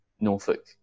Norfolk